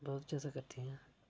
बोह्त ज्यादा करदियां